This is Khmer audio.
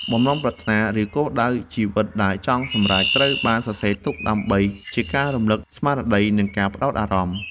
បំណងប្រាថ្នា ឬគោលដៅជីវិតដែលចង់សម្រេច ត្រូវបានសរសេរទុកដើម្បីជាការរំលឹកស្មារតី និងការផ្ដោតអារម្មណ៍។